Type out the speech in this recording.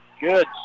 Good